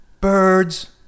birds